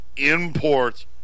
imports